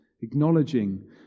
acknowledging